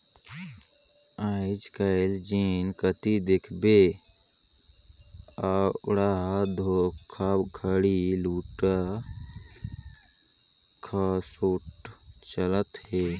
आएज काएल जेन कती देखबे अब्बड़ धोखाघड़ी, लूट खसोट चलत अहे